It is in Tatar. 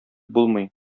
булмый